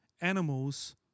animals